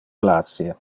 glacie